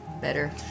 better